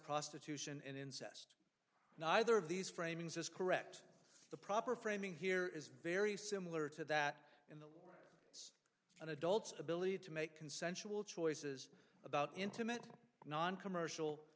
prostitution and incest neither of these framings is correct the proper framing here is very similar to that in an adult's ability to make consensual choices about intimate noncommercial